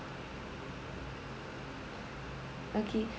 okay